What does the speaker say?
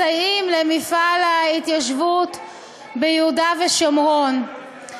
מסייעים למפעל ההתיישבות ביהודה ושומרון.